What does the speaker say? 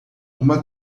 uma